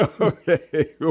okay